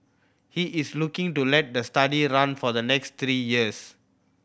he is looking to let the study run for the next three years